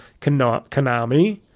Konami